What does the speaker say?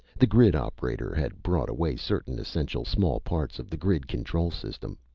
the grid operator had brought away certain essential small parts of the grid control system.